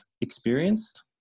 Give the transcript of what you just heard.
experienced